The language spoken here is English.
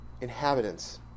inhabitants